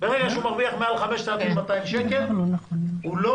ברגע שהוא מרוויח 5,200 שקל הוא לא